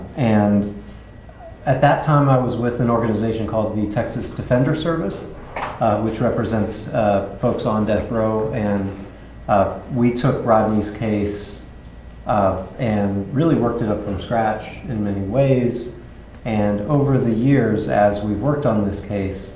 and at that time, i was with an organization called the texas defender service which represents folks on death row and ah we took rodney's case and really worked it up from scratch in many ways and over the years, as we worked on this case